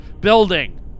building